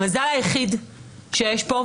המזל היחיד שיש פה,